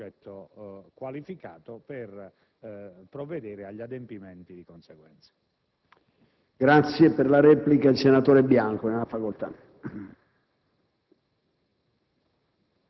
un soggetto qualificato, per provvedere agli adempimenti di conseguenza.